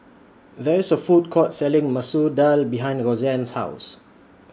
There IS A Food Court Selling Masoor Dal behind Rozanne's House